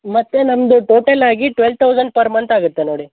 ಮತ್ತು ನಮ್ಮದು ಟೋಟಲ್ ಆಗಿ ಟ್ವೆಲ್ ತೌಸಂಡ್ ಪರ್ ಮಂತ್ ಆಗುತ್ತೆ ನೋಡಿ